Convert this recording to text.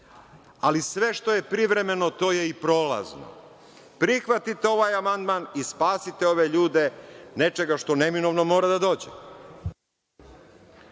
ali sve što je privremeno, to je i prolazno. Prihvatite ovaj amandman i spasite ove ljude nečega što neminovno mora da dođe.